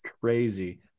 Crazy